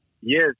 Yes